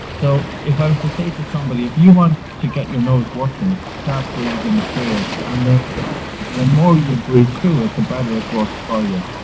so if i was to say to somebody, if you want to get your nose working start breathing through it, and the the more you breathe through it the better it works for you.